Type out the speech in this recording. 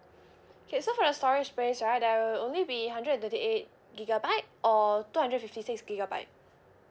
okay so for the storage space right there will only be hundred and twenty eight gigabyte or two hundred fifty six gigabyte